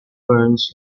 ferns